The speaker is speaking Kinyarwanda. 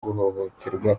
guhohoterwa